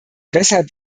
weshalb